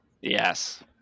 Yes